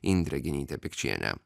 indrė genytė pikčienė